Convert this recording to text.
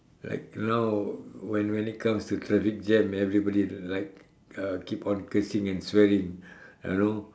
like now when when it comes to traffic jam everybody like uh keep on cursing and swearing ah know